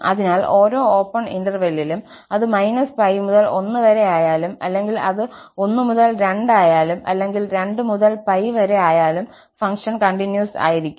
അതിനാൽ ഓരോ ഓപ്പൺ ഇന്റെർവെല്ലിലും അത് −π മുതൽ 1 വരെയായാലും അല്ലെങ്കിൽ അത് 1 മുതൽ 2 ആയാലും അല്ലെങ്കിൽ 2 മുതൽ π വരെ ആയാലും ഫംഗ്ഷൻ കണ്ടിന്യൂസ് ആയിരിക്കും